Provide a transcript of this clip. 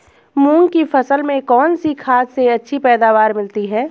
मूंग की फसल में कौनसी खाद से अच्छी पैदावार मिलती है?